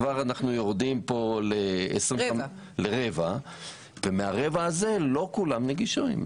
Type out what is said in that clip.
כבר אנחנו יורדים כאן לרבע וברבע הזה לא כולן נגישות.